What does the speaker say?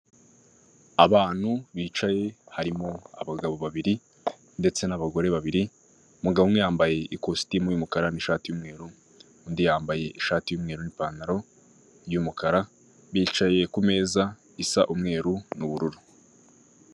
Mu muhanda haruguru yaho hari amazu ageretse kabiri ubona ko handitseho ngo hoteli cyangwa aparitema aho bacumbikira abantu bakaraharara, kandi munsi yaho hari aho bahahira hari isoko rinini bahahiramo.